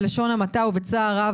בלשון המעטה ובצער רב,